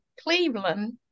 Cleveland